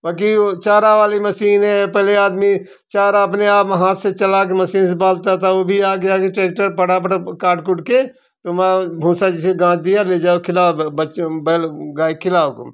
बाकी वह चारा वाली मशीनें हैं पहले आदमी चारा अपने आप हाथ से चलाकर मशीन से वो भी आ गया कि ट्रैक्टर फटाफट अब काट कूट के तुम्हारा भूसा जैसे गांच दिया ले जाओ खिलाओ बच्चों बैल गाय को खिलाओ तुम